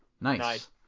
Nice